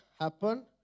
happen